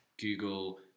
Google